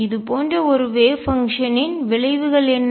இது போன்ற ஒரு வேவ் பங்ஷன்னின் அலை செயல்பாட்டின் விளைவுகள் என்ன